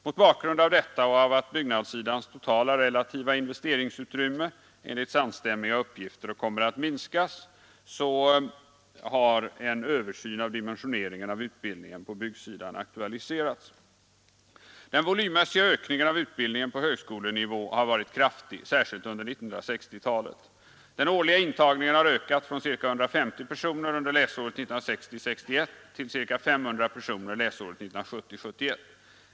Mot bakgrund av detta och av att byggnadssidans totala relativa investeringsutrymme enligt samstämmiga uppgifter kommer att minskas, har en översyn av dimensioneringen av utbildningen på byggsidan aktualiserats. Den volymmässiga ökningen av utbildningen på högskolenivå har varit kraftig, särskilt under 1960-talet. Den årliga intagningen har ökat från ca 150 personer läsåret 1960 71.